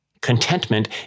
Contentment